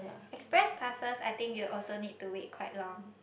express passes I think you also need to wait quite long